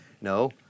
No